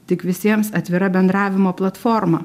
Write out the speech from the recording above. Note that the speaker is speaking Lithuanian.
tik visiems atvira bendravimo platforma